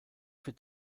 für